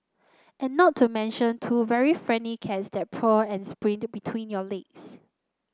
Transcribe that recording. and not to mention two very friendly cats that purr and sprint between your legs